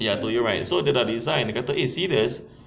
ya I told you right so dia dah resign dia kata eh serious